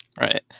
right